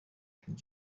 king